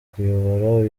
kuyobora